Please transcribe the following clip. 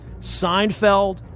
Seinfeld